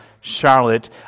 Charlotte